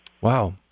Wow